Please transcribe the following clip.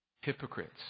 hypocrites